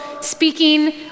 speaking